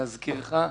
להזכירך,